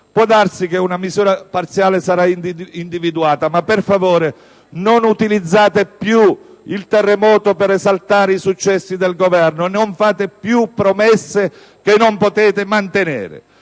Può darsi che una misura parziale sarà individuata, ma per favore non utilizzate più il terremoto per esaltare i successi del Governo. Non fate più promesse che non potete mantenere: